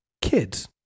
kids